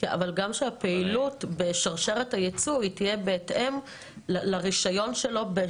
גם שהפעילות בשרשרת הייצוא תהיה בהתאם לרישיון שלו.